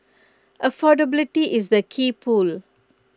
affordability is the key pull